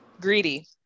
Greedy